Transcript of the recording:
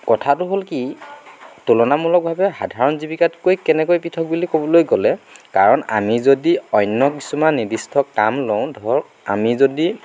কথাটো হ'ল কি তুলনামূলকভাৱে সাধাৰণ জীৱিকাতকৈ কেনেকৈ পৃথক বুলি ক'বলৈ গ'লে কাৰণ আমি যদি অন্য কিছুমান নিৰ্দিষ্ট কাম লওঁ ধৰ আমি যদি